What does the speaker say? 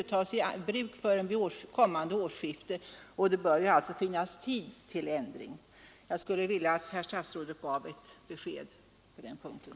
Det skall inte tas i bruk förrän vid kommande årsskifte, och det bör alltså ännu finnas tid till en ändring. Jag skulle vilja att herr statsrådet gav ett besked på den punkten.